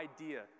idea